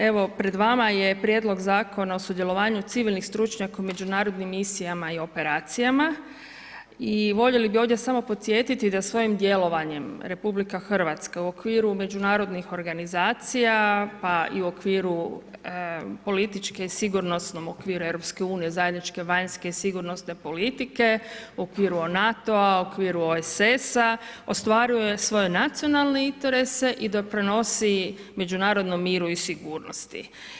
Evo, pred vama je Prijedlog Zakona o sudjelovanju civilnih stručnjaka u međunarodnim misijama i operacijama i voljeli bi ovdje samo podsjetiti da svojim djelovanje RH u okviru međunarodnih organizacija, pa i u okviru političke sigurnosnom okviru EU, zajedničke vanjske i sigurnosne politike, u okviru NATO-a, u okviru OESS-a ostvaruje svoje nacionalne interese i doprinosi međunarodnom miru i sigurnosti.